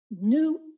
new